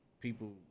people